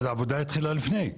אבל העבודה התחילה לפני?